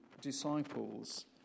disciples